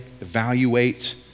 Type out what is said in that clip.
evaluate